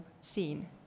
seen